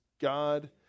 God